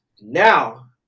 now